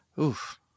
Oof